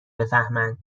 بفهمن